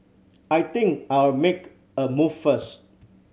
I think I'll make a move first